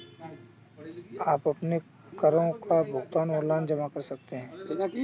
आप अपने करों का भुगतान ऑनलाइन जमा कर सकते हैं